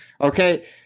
Okay